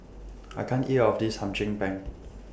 I can't eat All of This Hum Chim Peng